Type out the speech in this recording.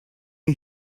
you